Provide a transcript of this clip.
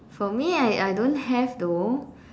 for me I I don't have though